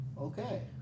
Okay